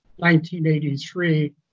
1983